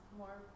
more